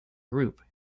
group